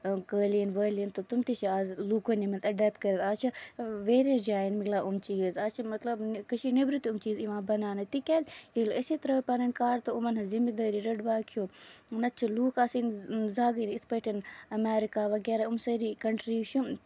کٲلیٖن وٲلیٖن تہٕ تِم تہِ چھِ آز لوٗکن نِمٕتۍ اڈیپٹ کٔرِتھ آز چھِ ویریس جاین ملان یم چیٖز آز چھِ مطلب کٔشیٖر نیبرٕ تہِ یِم چیٖز یِوان بَناونہٕ تِکیازِ ییٚلہِ اَسہِ ترٲو پَنٕنۍ کار تہٕ یِمَن ۂنز ذمہِ دٲری رٔٹ باقیو نتہٕ چھِ لوٗکھ آسٕنۍ زاگٕنۍ یِتھ پٲٹھۍ اَمیرکا وغیرہ یِم سٲری کَنٹریٖز چھِ